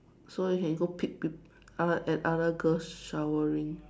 so you can go peek peop~ uh at other girls showering